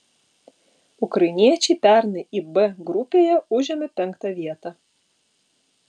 ukrainiečiai pernai ib grupėje užėmė penktą vietą